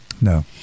No